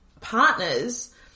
partners